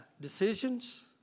decisions